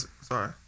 Sorry